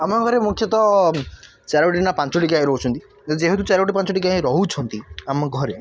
ଆମ ଘରେ ମୁଖ୍ୟତଃ ଚାରୋଟି ନା ପାଞ୍ଚଟି ଗାଈ ରହୁଛନ୍ତି ଯେହେତୁ ଚାରୋଟି ପାଞ୍ଚଟି ଗାଈ ରହୁଛନ୍ତି ଆମ ଘରେ